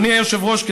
אדוני היושב-ראש,